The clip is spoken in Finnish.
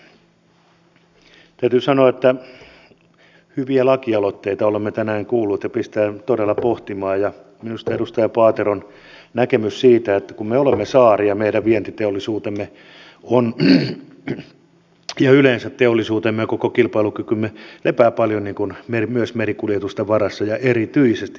täytyy sanoa että hyviä lakialoitteita olemme tänään kuulleet ja pistää todella pohtimaan minusta edustaja paateron näkemys siitä että me olemme saari ja meidän vientiteollisuutemme ja yleensä teollisuutemme ja kilpailukykymme lepää paljon myös merikuljetusten varassa ja erityisesti merikuljetusten varassa